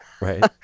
Right